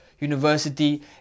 university